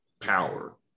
power